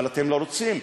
אבל אתם לא רוצים.